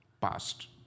past